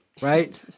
right